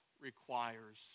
requires